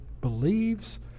believes